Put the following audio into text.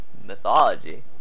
Mythology